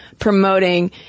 promoting